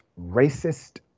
racist